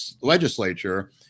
legislature